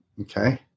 Okay